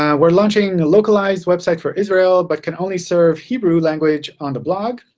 um we're launching a localized website for israel, but can only serve hebrew language on the blog,